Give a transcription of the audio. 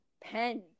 pen